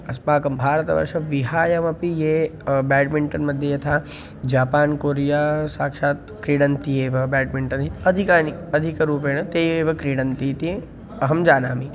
अस्माकं भारतवर्षं विहायमपि ये बेड्मिण्टन्मध्ये यथा जापान् कोरिया साक्षात् क्रीडन्ति एव बेड्मिण्टन् इत् अधिकानि अधिकरूपेण ते एव क्रीडन्ति इति अहं जानामि